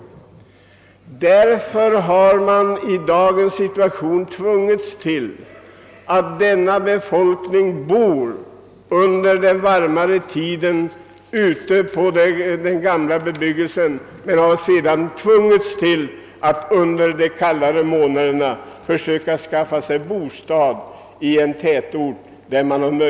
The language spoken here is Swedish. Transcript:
Under den varmare tiden bor denna befolkning ännu i den gamla bebyggelsen, men för att klara det hela har man tvingats till att under de kallare månaderna låta befolkningen skaffa sig bostad i en tätort.